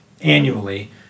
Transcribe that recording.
annually